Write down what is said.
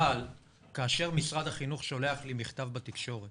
אבל כאשר משרד החינוך שולח לי מכתב בתקשורת